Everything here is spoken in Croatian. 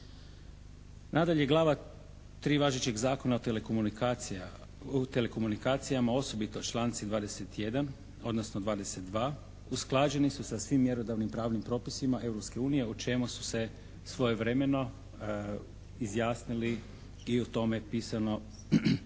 Nadalje glava 3. važećeg Zakona o telekomunikacijama osobito članci 21., odnosno 22. usklađeni su sa svim mjerodavnim pravnim propisima Europske unije o čemu su se svojevremeno izjasnili i o tome pisano